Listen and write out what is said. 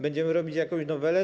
Będziemy robić jakąś nowelę?